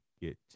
get